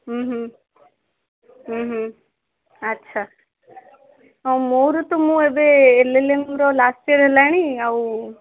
ଆଚ୍ଛା ହଁ ମୋର ତ ମୁଁ ଏବେ ଏଲ୍ଏଲ୍ଏମ୍ର ଲାଷ୍ଟ୍ ଇୟର ହେଲାଣି ଆଉ